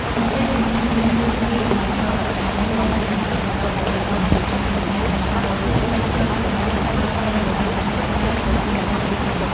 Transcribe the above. ក្នុងពេលជាមួយគ្នានេះ តួនាទីជាអ្នករកប្រាក់ចំណូលលែងជាបន្ទុករបស់បុរសតែម្នាក់ឯងទៀតហើយ ដោយភារកិច្ចរកចំណូលត្រូវបានចែករំលែកកាន់តែច្រើនរវាងប្ដីប្រពន្ធ។